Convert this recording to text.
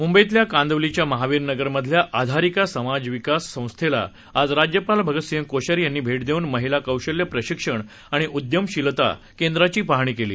मुंबईतल्या कांदिवलीच्या महावीर नगर मधल्या आधारिका समाज विकास संस्थेला आज राज्यपाल भगतसिंह कोश्यारी यांनी भेट देऊन महिला कौशल्य प्रशिक्षण आणि उद्यमशीलता केंद्राची पाहणी केली